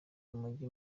urumogi